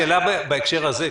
שאלה בהקשר הזה,